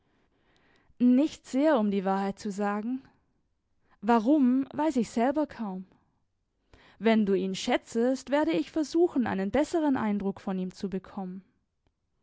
nicht sehr um die wahrheit zu sagen warum weiß ich selber kaum wenn du ihn schätzest werde ich versuchen einen besseren eindruck von ihm zu bekommen